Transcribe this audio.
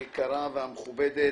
חברתי היקרה והמכובדת.